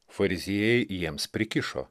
fariziejai jiems prikišo